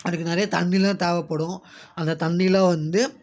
அதுக்கு நிறைய தண்ணிலாம் தேவைப்படும் அந்த தண்ணிலாம் வந்து